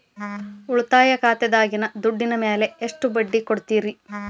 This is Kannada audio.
ಉಳಿತಾಯ ಖಾತೆದಾಗಿನ ದುಡ್ಡಿನ ಮ್ಯಾಲೆ ಎಷ್ಟ ಬಡ್ಡಿ ಕೊಡ್ತಿರಿ?